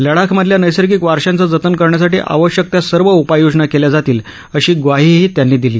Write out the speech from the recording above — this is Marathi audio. लडाखमधल्या नैसर्गिक वारशाचं जतन करण्यासाठी आवश्यक त्या सर्व उपाययोजना केल्या जातील अशी ग्वाहीही त्यांनी दिली